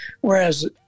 whereas